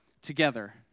together